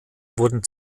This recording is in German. wurden